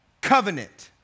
covenant